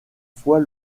fois